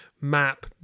map